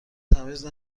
تمیز